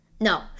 No